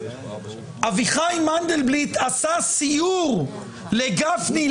אביחי מנדלבליט עשה סיור לגפני,